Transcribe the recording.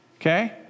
Okay